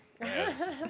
Yes